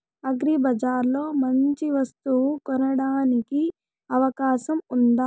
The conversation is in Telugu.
అగ్రిబజార్ లో మంచి వస్తువు కొనడానికి అవకాశం వుందా?